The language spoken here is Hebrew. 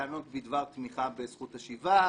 הטענות בדבר תמיכה בזכות השיבה,